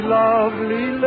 lovely